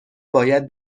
باید